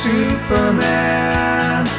Superman